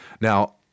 Now